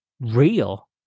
real